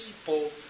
people